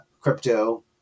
crypto